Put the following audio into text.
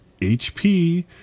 HP